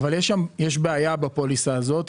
יש בעיה בפוליסה הזאת,